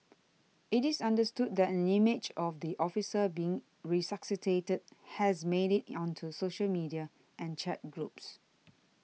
it is understood that an image of the officer being resuscitated has made it onto social media and chat groups